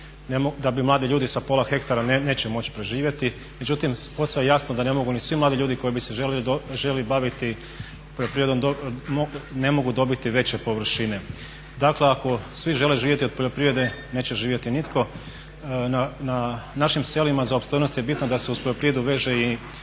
da mladi ljudi sa pola hektara neće moći preživjeti, međutim posve je jasno da ne mogu ni svi mladi ljudi koji bi se željeli baviti poljoprivredom ne mogu dobiti veće površine. Dakle ako svi žele živjeti od poljoprivrede neće živjeti nitko. Na našim selima za opstojnost je bitno da se uz poljoprivredu veže i